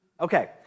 Okay